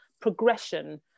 progression